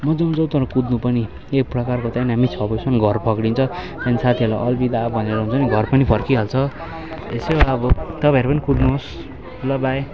मज्जा आउँछ हौ तर कुद्नु पनि एक प्रकारको त्यहाँनिर हामी छ बजीसम्म घर फर्किन्छ त्यहाँदेखि साथीहरूलाई अलबिदा भनेर हुन्छ नि घर पनि फर्किहाल्छ यसो अब तपाईँहरू पनि कुद्नुहोस् ल बाई